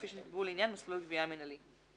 כפי שנקבעו לעניין מסלול הגבייה המנהלי".